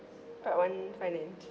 part one finance okay